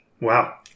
Wow